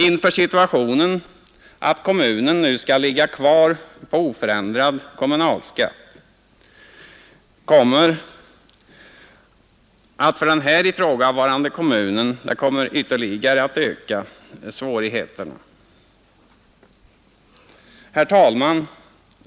Inför situationen att kommunalskatten skall vara oförändrad kommer svårigheterna ytterligare att öka för den ifrågavarande kommunen. Fru talman!